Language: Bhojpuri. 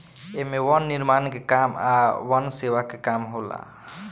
एमे वन निर्माण के काम आ वन सेवा के काम होला